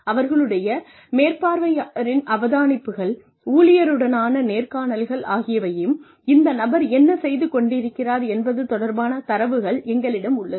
அவர்களுடைய மேற்பார்வையாளரின் அவதானிப்புகள் ஊழியருடனான நேர்காணல்கள் ஆகியவையும் இந்த நபர் என்ன செய்து கொண்டிருக்கிறார் என்பது தொடர்பான தரவுகள் எங்களிடம் உள்ளது